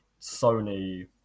sony